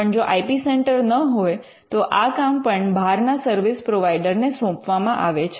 પણ જો I P centre ન હોય તો આ કામ પણ બહારના સર્વિસ પ્રોવાઇડર ને સોંપવામાં આવે છે